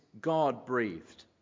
God-breathed